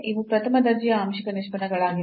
ಇವು ಪ್ರಥಮ ದರ್ಜೆಯ ಆಂಶಿಕ ನಿಷ್ಪನ್ನಗಳಾಗಿವೆ